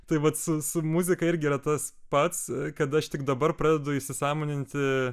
tai vat su su muzika irgi yra tas pats kad aš tik dabar pradedu įsisąmoninti